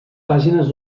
pàgines